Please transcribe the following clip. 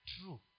true